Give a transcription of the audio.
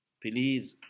Please